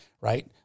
Right